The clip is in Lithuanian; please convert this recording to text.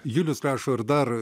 julius rašo ir dar